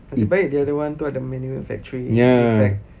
nasib baik the other one tu ada manual factory defect